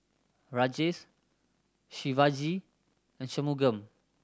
Rajesh Shivaji and Shunmugam